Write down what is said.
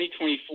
2024